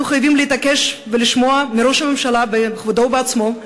אנחנו חייבים להתעקש לשמוע מראש הממשלה בכבודו ובעצמו,